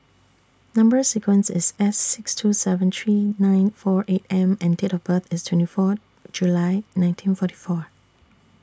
Number sequence IS S six two seven three nine four eight M and Date of birth IS twenty four July nineteen forty four